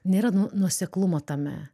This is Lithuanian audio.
nėra nu nuoseklumo tame